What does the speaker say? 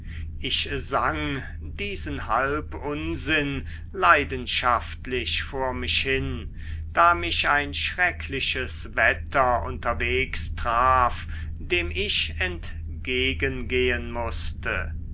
ich sang diesen halbunsinn leidenschaftlich vor mich hin da mich ein schreckliches wetter unterweges traf dem ich entgegen gehn mußte